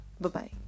Bye-bye